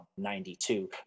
92